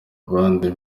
abandi